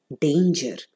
danger